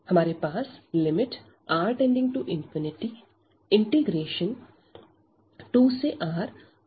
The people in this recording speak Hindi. हमारे पास lim⁡R→∞ 2R1x2 11x2 1dx है